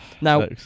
now